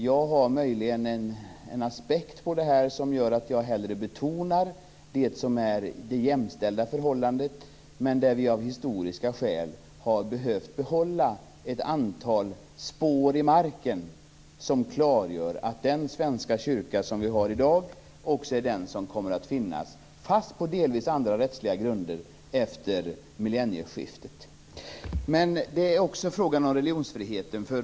Jag ser möjligen en aspekt på detta som gör att jag hellre betonar det jämställda förhållandet, men där vi av historiska skäl har behövt behålla ett antal spår i marken som klargör att Svenska kyrkan som vi har i dag också är den som kommer att finnas, fast delvis på andra rättsliga grunder, efter millennieskiftet. Det är också fråga om religionsfrihet.